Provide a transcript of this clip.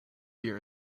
here